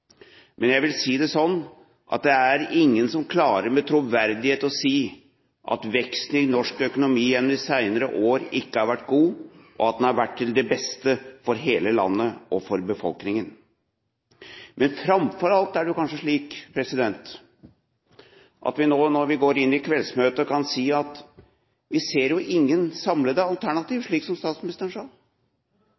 Men jeg vil si det sånn: Det er ingen som med troverdighet klarer å si at veksten i norsk økonomi gjennom de senere år ikke har vært god. Den har vært til det beste for hele landet og befolkningen. Framfor alt er det kanskje slik at vi nå, når vi går inn i kveldsmøtet, kan si at vi ser ingen samlende alternativ,